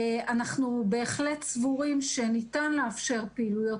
אנחנו בהחלט סבורים שניתן לאפשר פעילויות